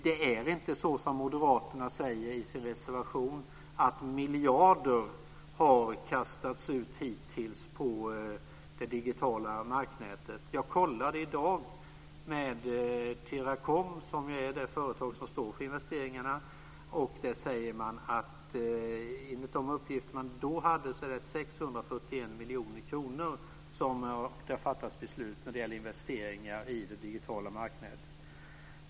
Det är inte som moderaterna säger i sin reservation, att miljarder har kastats ut på det digitala marknätet. Jag kollade i dag med Teracom, som är det företag som står för investeringarna. Enligt Teracoms uppgifter har beslut fattats om investeringar i det digitala marknätet för 641 miljoner kronor.